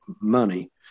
money